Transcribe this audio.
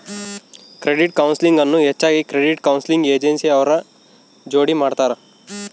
credit counselling ಅನ್ನು ಹೆಚ್ಚಾಗಿ credit counselling agency ಅವ್ರ ಜೋಡಿ ಮಾಡ್ತರ